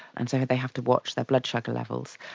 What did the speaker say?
and so they have to watch their blood sugar levels.